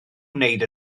wneud